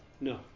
No